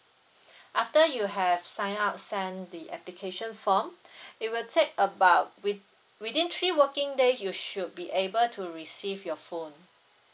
after you have sign up send the application form it will take about wit~ within three working days you should be able to receive your phone